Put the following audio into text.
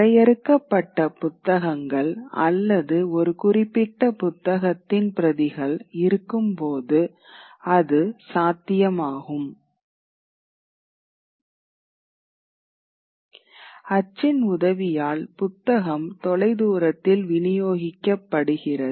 வரையறுக்கப்பட்ட புத்தகங்கள் அல்லது ஒரு குறிப்பிட்ட புத்தகத்தின் பிரதிகள் இருக்கும்போது அது சாத்தியமாகும் அச்சின் உதவியால் புத்தகம் தொலைதூரத்தில் விநியோகிக்கப்படுகிறது